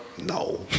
No